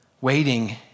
Waiting